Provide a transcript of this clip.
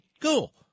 Cool